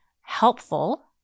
helpful